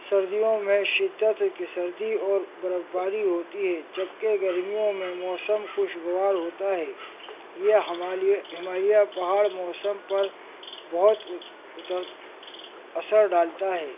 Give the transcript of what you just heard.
سردیوں میں شدت کی سردی اور برف باری ہوتی ہے جبکہ گرمیوں میں موسم خوشگوار ہوتا ہے یہ ہمالیہ پہاڑ موسم پر بہت اتر اثر ڈالتا ہے